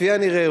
כפי הנראה,